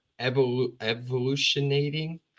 evolutionating